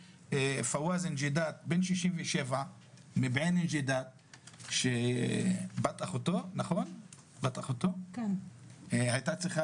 פוואז אל ג'ידאד בן 67 מעין אל ג'ידאד שבת אחותו הייתה צריכה